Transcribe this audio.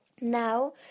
Now